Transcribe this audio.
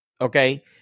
okay